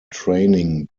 training